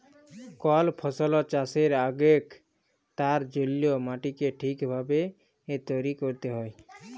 call ফসল চাষের আগেক তার জল্যে মাটিকে ঠিক ভাবে তৈরী ক্যরতে হ্যয়